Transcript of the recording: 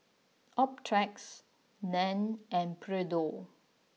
Optrex Nan and Pedro